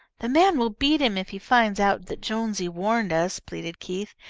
the man will beat him if he finds out that jonesy warned us, pleaded keith.